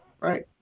Right